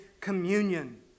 communion